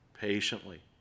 patiently